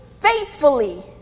faithfully